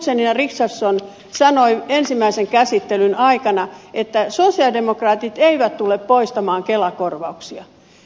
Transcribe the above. guzenina richardsson sanoi ensimmäisen käsittelyn aikana että sosialidemokraatit eivät tule poistamaan kelakorvauksia